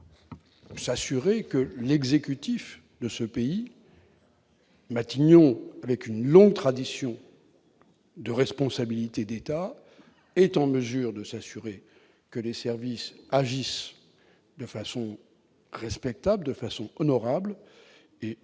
et que l'exécutif de ce pays, Matignon, avec une longue tradition de responsabilité d'État, est en mesure de s'assurer que les services agissent de façon respectable, honorable. Je